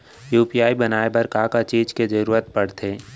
UPI बनाए बर का का चीज के जरवत पड़थे?